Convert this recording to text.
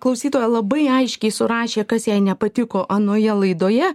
klausytoja labai aiškiai surašė kas jai nepatiko anoje laidoje